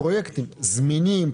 פרויקטים זמינים,